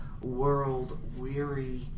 world-weary